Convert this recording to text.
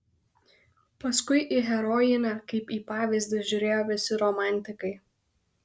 paskui į herojinę kaip į pavyzdį žiūrėjo visi romantikai